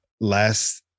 last